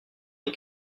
les